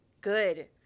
good